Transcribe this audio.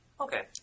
Okay